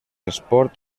esport